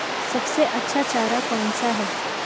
सबसे अच्छा चारा कौन सा है?